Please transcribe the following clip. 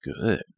good